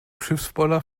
schiffspoller